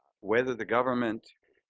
whether the government